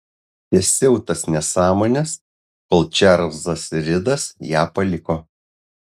tęsiau tas nesąmones kol čarlzas ridas ją paliko